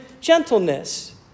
gentleness